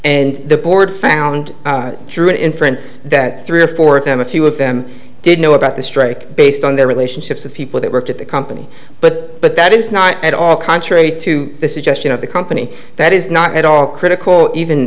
and the board found through an inference that three or four of them a few of them did know about the strike based on their relationships with people that worked at the company but but that is not at all contrary to the suggestion of the company that is not at all critical even